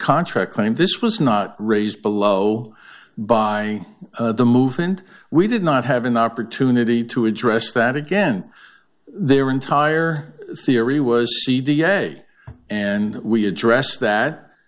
contract claim this was not raised below by the movement we did not have an opportunity to address that again their entire theory was c d a and we address that